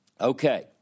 Okay